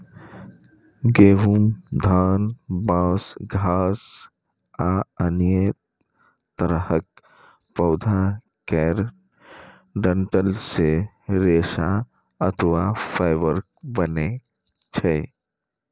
गहूम, धान, बांस, घास आ अन्य तरहक पौधा केर डंठल सं रेशा अथवा फाइबर बनै छै